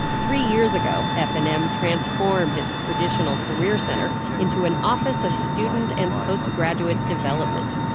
three years ago, f and m transformed its traditional career center into an office of student and post-graduate development.